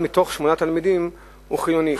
תלמידים הוא חילוני,